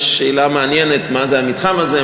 יש שאלה מעניינת מה זה המתחם הזה,